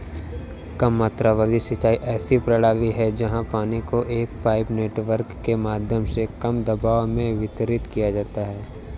कम मात्रा वाली सिंचाई ऐसी प्रणाली है जहाँ पानी को एक पाइप नेटवर्क के माध्यम से कम दबाव में वितरित किया जाता है